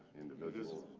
indivisible,